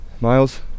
Miles